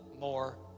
more